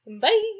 Bye